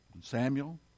Samuel